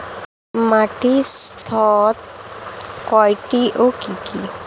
মাটির স্তর কয়টি ও কি কি?